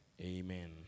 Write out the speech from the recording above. Amen